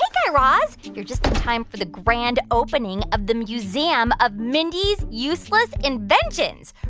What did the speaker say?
but guy raz. you're just in time for the grand opening of the museum of mindy's useless inventions.